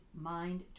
Mind